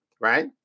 right